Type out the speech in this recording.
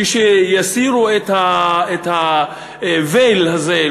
כשיסירו את ה-veil הזה,